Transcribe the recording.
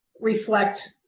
reflect